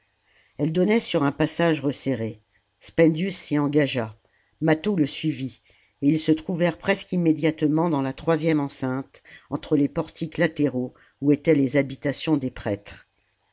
elle donnait sur un passage resserré spendius s'y engagea mâtho le suivit et ils se trouvèrent presque immédiatement dans la troisième enceinte entre les portiques latéraux oii étaient les habitations des prêtres